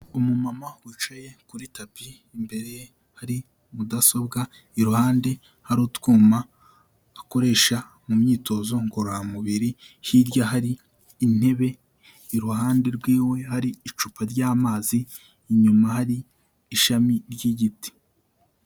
Umumama wicaye kuri tapi imbere ye hari mudasobwa, iruhande hari utwuma akoresha mu myitozo ngororamubiri, hirya hari intebe iruhande rwe hari icupa ry'amazi, inyuma hari ishami ry'igiti.